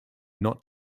not